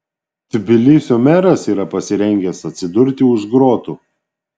tbilisio meras yra pasirengęs atsidurti už grotų